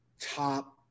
top